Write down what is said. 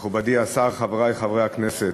תודה רבה לך, מכובדי השר, חברי חברי הכנסת,